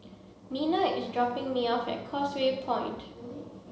Nena is dropping me off at Causeway Point